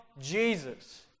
Jesus